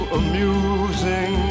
amusing